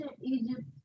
Egypt